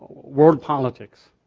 world politics,